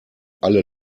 alle